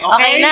Okay